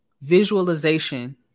Visualization